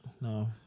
No